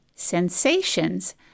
Sensations